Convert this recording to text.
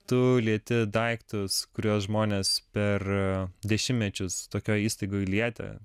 tu lieti daiktus kuriuos žmonės per dešimtmečius tokioj įstaigoj lietė